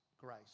grace